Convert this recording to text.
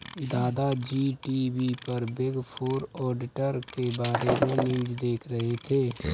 दादा जी टी.वी पर बिग फोर ऑडिटर के बारे में न्यूज़ देख रहे थे